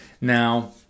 Now